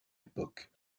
époque